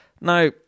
Now